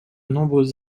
nombreuses